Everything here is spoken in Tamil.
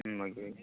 ம் ஓகே